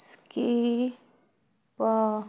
skip